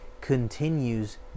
continues